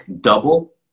double